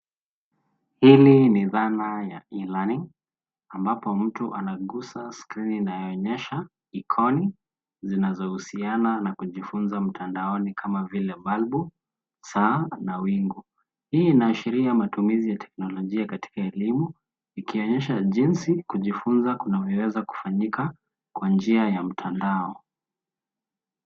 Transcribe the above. Hili ni dhana ya e-learning ambapo mtu anaguza skrini inayoonyesha ikoni zinazohusiana na kujifunza mtandaoni kama vile balbu, saa na wingu. Hii inaashiria matumizi ya teknolojia katika elimu ikionyesha jinsi kujifunza kunavyoweza kufanyika kwa njia ya mtandao.